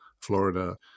Florida